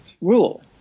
rule